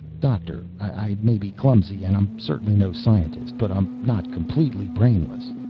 doctor, i may be clumsy, and i'm certainly no scientist. but i'm not completely brainless.